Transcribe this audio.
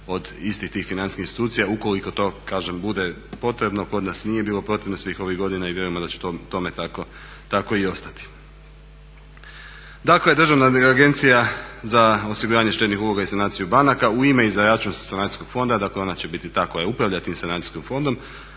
od istih tih financijskih institucija ukoliko to kažem bude potrebno, kod nas nije bilo potrebno svih ovih godina i vjerujemo da će to tome tako i ostati. Dakle Državna agencija za osiguranje štednih uloga i sanaciju banaka u ime i za račun sanacijskog fonda, dakle ona će biti ta koja upravlja tim sanacijskim fondom